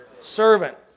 Servant